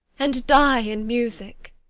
and die in music